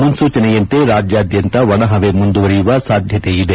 ಮುನ್ವೂಚನೆಯಂತೆ ರಾಜ್ನಾದ್ಯಂತ ಒಣ ಹವೆ ಮುಂದುವರೆಯುವ ಸಾಧ್ಯತೆ ಇದೆ